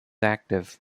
active